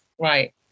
right